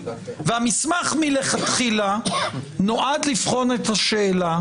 והמסמך מלכתחילה נועד לבחון את השאלה